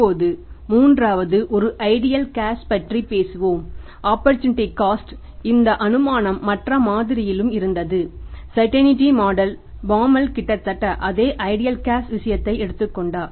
இப்போது மூன்றாவது ஒரு ஐடியல் கேஷ் விஷயத்தை எடுத்துக் கொண்டார்